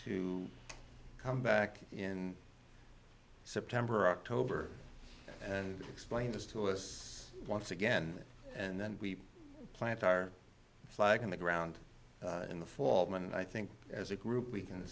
to come back in september october and explain this to us once again and then we plant our flag on the ground in the forum and i think as a group we can